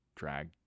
Drag